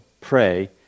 pray